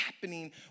happening